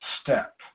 step